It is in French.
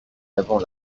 avant